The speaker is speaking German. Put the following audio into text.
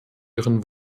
ihren